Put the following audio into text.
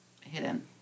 hidden